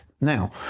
Now